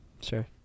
sure